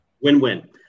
Win-win